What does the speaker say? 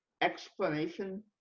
explanation